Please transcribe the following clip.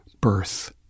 birth